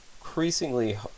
increasingly